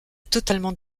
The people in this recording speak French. totalement